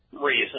reason